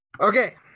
Okay